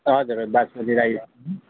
हजुर हजुर बासमती राइस